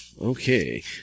Okay